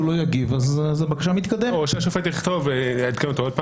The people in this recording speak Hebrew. הוא לא יגיב אז הבקשה מתקדמת או שהשופט יעדכן אותו.